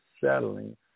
settling